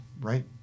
right